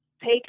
take